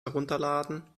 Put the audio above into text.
herunterladen